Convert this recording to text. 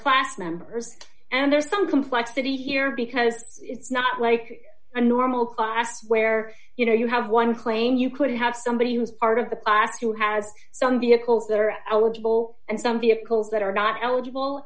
class members and there's some complexity here because it's not like a normal class where you know you have one claim you could have somebody who is part of the class who has some vehicles that are eligible and some vehicles that are not eligible